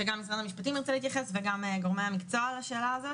כמובן שרטרואקטיבית זה בטל על כל המשמעויות הפליליות שלו.